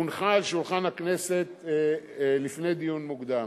היא הונחה על שולחן הכנסת לפני דיון מוקדם.